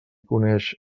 coneix